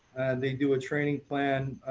they do a training plan